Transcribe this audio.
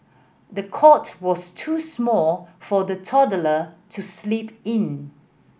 the cot was too small for the toddler to sleep in